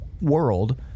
world